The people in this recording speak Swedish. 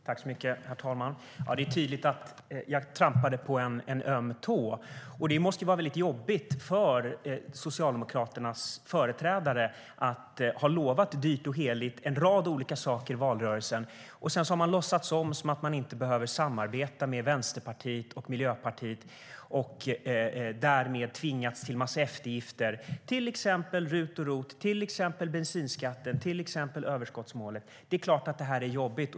Herr talman! Det är tydligt att jag trampade på en öm tå. Det måste vara väldigt jobbigt för Socialdemokraternas företrädare att ha lovat dyrt och heligt en rad olika saker i valrörelsen. Sedan har man låtsats som att man inte behöver samarbeta med Vänsterpartiet och Miljöpartiet och har därmed tvingats till en massa eftergifter. Det gäller till exempel RUT och ROT, bensinskatten och överskottsmålet. Det är klart att det är jobbigt.